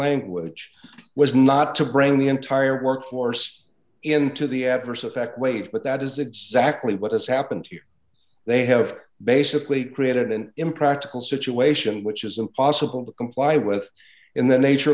language was not to bring the entire workforce into the adverse effect wage but that is exactly what has happened here they have basically created an impractical situation which is impossible to comply with in the nature